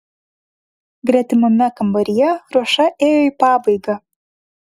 gretimame kambaryje ruoša ėjo į pabaigą